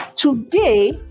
Today